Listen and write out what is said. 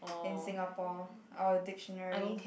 in Singapore our dictionary